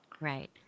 Right